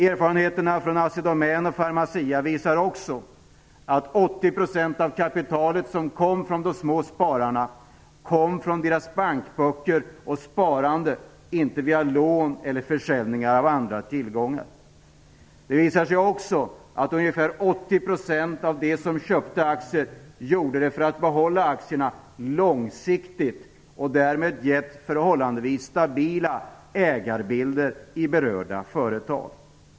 Erfarenheterna från Assidomän och Pharmacia visar också att 80 % av det kapital som kom från de små spararna härrörde från deras bankböcker och sparande, inte från lån eller försäljningar av andra tillgångar. Det visar sig också att ungefär 80 % av dem som köpte aktier gjorde det för att behålla aktierna långsiktigt och därmed givit förhållandevis stabila ägarbilder i berörda företag.